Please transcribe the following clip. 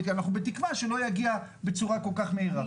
ואנחנו בתקווה שלא יגיע בצורה כל כך מהירה.